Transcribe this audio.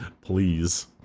please